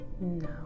No